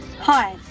Hi